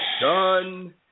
done